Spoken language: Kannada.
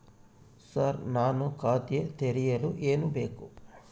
ಸರ್ ನಾನು ಖಾತೆ ತೆರೆಯಲು ಏನು ಬೇಕು?